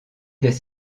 des